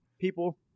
people